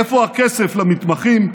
איפה הכסף למתמחים?